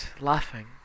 laughing